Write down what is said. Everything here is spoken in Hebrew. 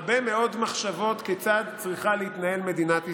הרבה מאוד מחשבות כיצד צריכה להתנהל מדינת ישראל.